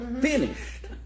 finished